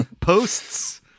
posts